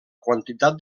quantitat